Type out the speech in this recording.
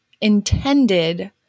intended